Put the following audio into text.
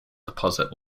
deposit